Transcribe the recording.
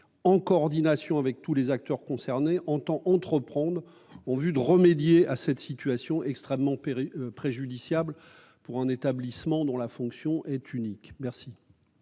En coordination avec tous les acteurs concernés entend entreprendre en vue de remédier à cette situation extrêmement périlleux préjudiciable pour un établissement dont la fonction est unique. Merci.